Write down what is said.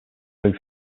roof